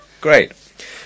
Great